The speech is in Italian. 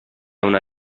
una